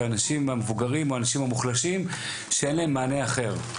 האנשים המבוגרים או האנשים המוחלשים שאין להם מענה אחר.